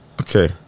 Okay